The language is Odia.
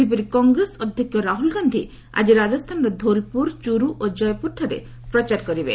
ସେହିପରି କଂଗ୍ରେସ ଅଧ୍ୟକ୍ଷ ରାହୁଲ ଗାନ୍ଧି ଆଜି ରାଜସ୍ଥାନର ଧୋଲ୍ପୁର ଚୁରୁ ଓ ଜୟପୁରଠାରେ ପ୍ରଚାର କରିବେ